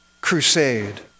crusade